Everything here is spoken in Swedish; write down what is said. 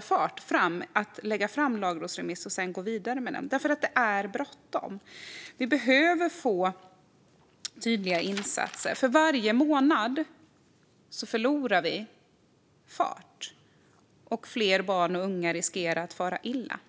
fart i arbetet med att lägga fram lagrådsremissen och sedan gå vidare med den. Det är bråttom! Det behövs tydliga insatser. För varje månad som går förlorar man fart och fler barn och unga riskerar att fara illa.